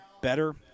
better